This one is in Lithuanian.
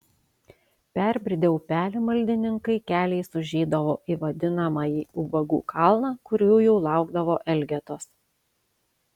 perbridę upelį maldininkai keliais užeidavo į vadinamąjį ubagų kalną kur jų jau laukdavo elgetos